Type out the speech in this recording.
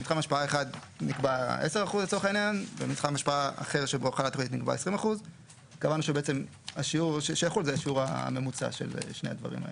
במתחם השפעה אחד נקבע 10% לצורך העניין ובמתחם השפעה אחר שנקבע 20%. קבענו שבעצם שיעור השייכות זה שיעור הממוצע של שני הדברים האלה.